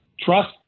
trust